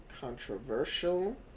controversial